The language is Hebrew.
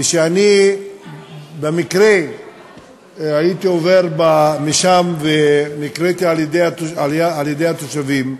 ואני במקרה עברתי שם ונקראתי על-ידי התושבים.